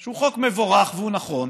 והוא חוק מבורך והוא נכון,